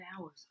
hours